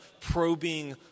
probing